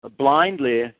blindly